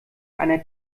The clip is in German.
einer